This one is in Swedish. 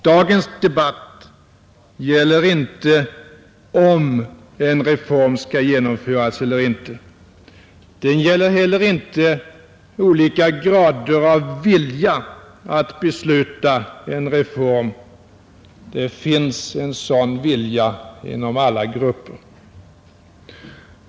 Dagens debatt gäller inte om en reform skall genomföras eller inte, den gäller heller inte olika grader av vilja att besluta en reform — det finns en sådan vilja inom alla grupper.